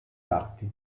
arti